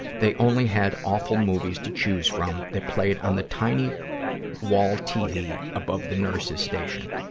they only had awful movies to choose from, that played on the tiny wall tv above the nurse's station.